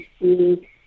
see